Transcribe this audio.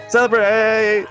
celebrate